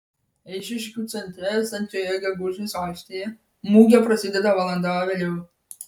eišiškių centre esančioje gegužės aikštėje mugė prasideda valanda vėliau